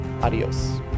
Adios